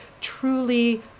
truly